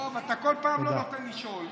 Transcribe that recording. טוב, אתה כל פעם לא נותן לשאול.